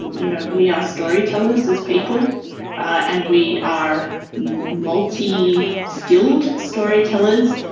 you know, we are storytellers as people and we are multi skilled storytellers.